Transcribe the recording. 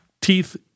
teeth